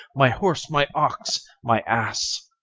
my horse, my ox, my ass,